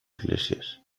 iglesias